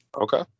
Okay